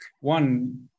one